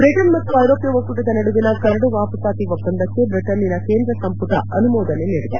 Britain ಮತ್ತು ಐರೋಪ್ಯ ಒಕ್ಕೂ ಟದ ನಡುವಿನ ಕರಡು ವಾಪಸಾತಿ ಒಪ್ಪಂದಕ್ಕೆ ಬ್ರಿಟನ್ನಿನ ಕೇಂದ್ರ ಸಂಪುಟ ಅನುಮೋದನೆ ನೀಡಿದೆ